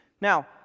Now